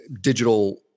digital